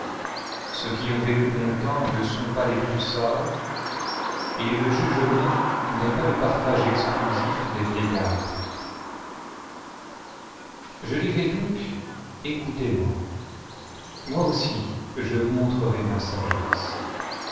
ceux qui ont vécu longtemps ne sont pas les plus sages et le jugement n'est pas le partage exclusif des vieillards je dirai donc ecoutez-moi moi aussi je vous montrerai ma sagesse